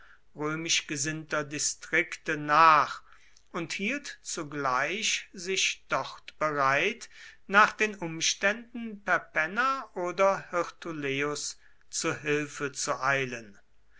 römisch gesinnter distrikte nach und hielt zugleich sich dort bereit nach den umständen perpenna oder hirtuleius zu hilfe zu eilen